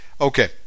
Okay